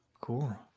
cool